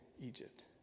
Egypt